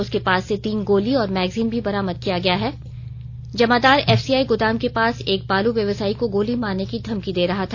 उसके पास से तीन गोली और मैग्जीन भी बरामद किया गया है जमादार एफसीआई गोदाम के पास एक बालू व्यवसायी को गोली मारने की धमकी दे रहा था